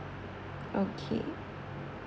okay